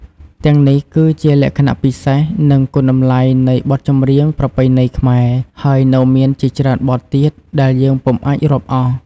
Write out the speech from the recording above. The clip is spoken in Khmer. ទាំងនេះគឺជាលក្ខណៈពិសេស និងគុណតម្លៃនៃបទចម្រៀងប្រពៃណីខ្មែរ ហើយនៅមានជាច្រើនបទទៀតដែលយើងពុំអាចរាប់អស់។